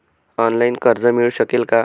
Online कर्ज मिळू शकेल का?